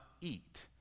eat